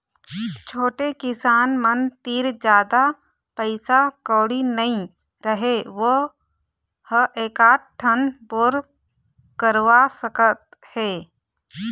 छोटे किसान मन तीर जादा पइसा कउड़ी नइ रहय वो ह एकात ठन बोर करवा सकत हे